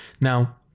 Now